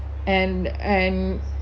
and and